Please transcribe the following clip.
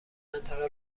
منطقه